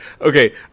Okay